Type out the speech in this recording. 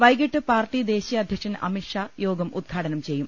വൈകിട്ട് പാർട്ടി ദേശീയ അധ്യക്ഷൻ അമിത്ഷാ യോഗം ഉദ്ഘാടനം ചെയ്യും